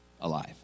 alive